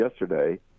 yesterday